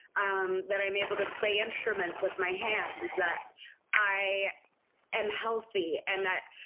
um that i'm able to play instruments with my hands, that i am healthy and that,